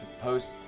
post